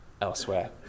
elsewhere